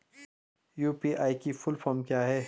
UPI की full form क्या है?